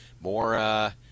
More